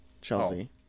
Chelsea